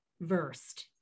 versed